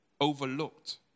overlooked